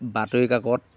বাতৰি কাকত